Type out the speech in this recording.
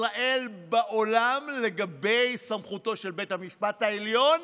ישראל בעולם לגבי סמכותו של בית המשפט העליון